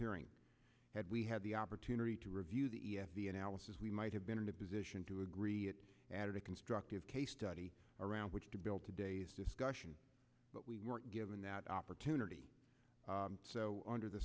hearing had we had the opportunity to review the analysis we might have been in a position to agree it added a constructive case study around which to build today's discussion but we weren't given that opportunity under the